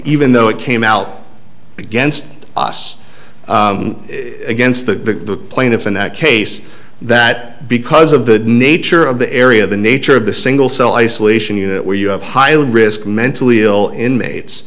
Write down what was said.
even though it came out against us against the plaintiff in that case that because of the nature of the area the nature of the single cell isolation unit where you have highly risk mentally ill inmates